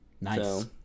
Nice